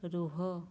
ରୁହ